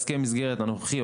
הסכם המסגרת הנוכחי,